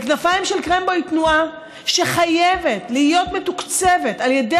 כנפיים של קרמבו היא תנועה שחייבת להיות מתוקצבת על ידי